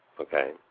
Okay